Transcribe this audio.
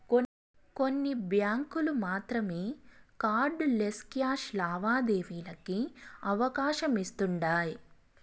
కొన్ని బ్యాంకులు మాత్రమే కార్డ్ లెస్ క్యాష్ లావాదేవీలకి అవకాశమిస్తుండాయ్